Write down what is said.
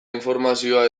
informazioa